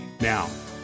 Now